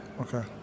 Okay